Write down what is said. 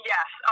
Yes